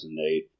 2008